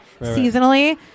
seasonally